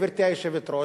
גברתי היושבת-ראש,